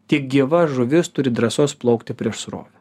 tik gyva žuvis turi drąsos plaukti prieš srovę